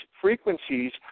frequencies